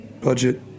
budget